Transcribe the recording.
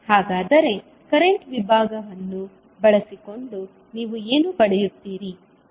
ಹಾಗಾದರೆ ಕರೆಂಟ್ ವಿಭಾಗವನ್ನು ಬಳಸಿಕೊಂಡು ನೀವು ಏನು ಪಡೆಯುತ್ತೀರಿ